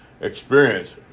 Experience